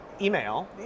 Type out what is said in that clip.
Email